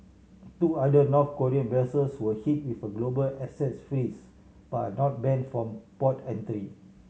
two other North Korean vessels were hit with a global assets freeze but are not banned from port entry